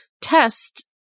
test